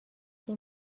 این